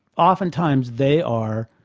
oftentimes they are